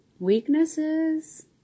Weaknesses